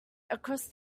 across